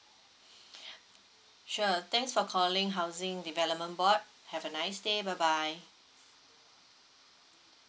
sure thanks for calling housing development board have a nice day bye bye